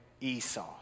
Esau